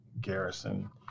Garrison